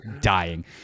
dying